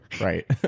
Right